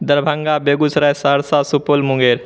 Darbhanga Begusarai Saharsa Supaul Munger